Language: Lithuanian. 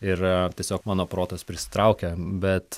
ir tiesiog mano protas prisitraukia bet